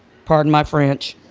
pardon my french.